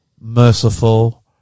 merciful